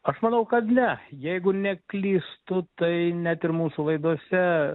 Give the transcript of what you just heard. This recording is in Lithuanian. aš manau kad ne jeigu neklystu tai net ir mūsų laidose